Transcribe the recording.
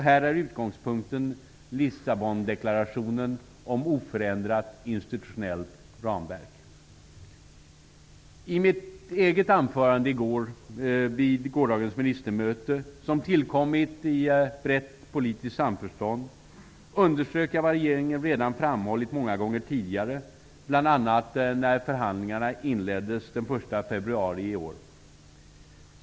Här är utgångspunkten Lissabondeklarationen om oförändrat institutionellt ramverk. I mitt eget anförande vid gårdagens ministermöte, som tillkommit i brett politiskt samförstånd, underströk jag vad regeringen redan har framhållit många gånger tidigare, bl.a. när förhandlingarna inleddes den 1 februari i år.